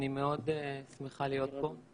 אני מאוד שמחה להיות פה.